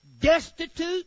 destitute